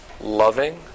loving